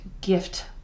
gift